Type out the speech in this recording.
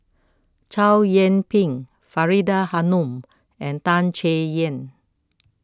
Chow Yian Ping Faridah Hanum and Tan Chay Yan